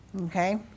Okay